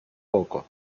poco